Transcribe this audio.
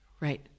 Right